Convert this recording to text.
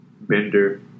Bender